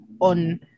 on